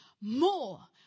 more